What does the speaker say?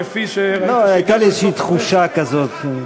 הייתה לי תחושה כזאת.